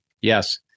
yes